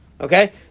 Okay